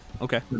okay